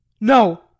No